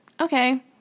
okay